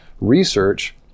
research